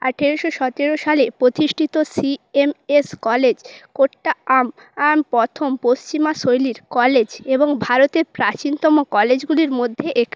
আঠেরোশো সতেরো সালে প্রতিষ্ঠিত C M S college Kottayam আম প্রথম পশ্চিমা শৈলীর কলেজ এবং ভারতের প্রাচীনতম কলেজগুলির মধ্যে একটি